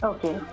Okay